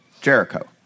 Jericho